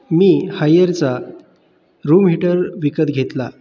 मी हायरचा room heater विकत घेतला